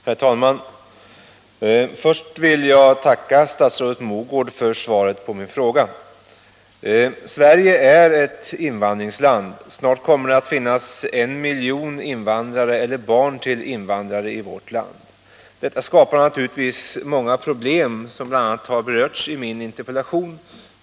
Herr talman! Först vill jag tacka statsrådet Mogård för svaret på min interpellation. Sverige är ett invandringsland. Snart kommer det att finnas en miljon invandrare eller barn till invandrare i vårt land. Detta skapar naturligtvis många problem, vilket bl.a. berörs i min interpellation.